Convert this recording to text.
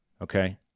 okay